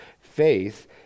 faith